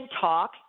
talk